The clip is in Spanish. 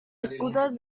escudo